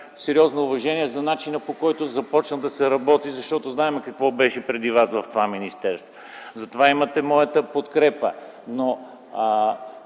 сериозно уважение за начина, по който започна да се работи, защото знаем какво беше преди Вас в това министерство. Затова имате моята подкрепа.